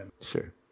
Sure